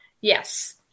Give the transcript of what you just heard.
Yes